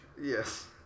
Yes